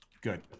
Good